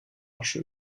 asche